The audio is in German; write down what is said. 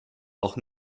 auch